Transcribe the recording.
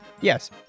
Yes